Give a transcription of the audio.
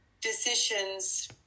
decisions